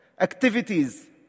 activities